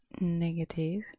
negative